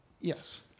Yes